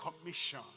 Commission